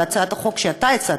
על הצעת החוק שאתה הצעת,